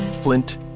Flint